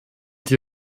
die